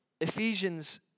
Ephesians